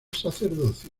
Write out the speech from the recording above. sacerdocio